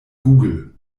google